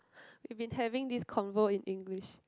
we've been having this convo in English